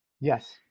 Yes